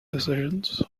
decisions